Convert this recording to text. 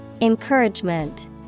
Encouragement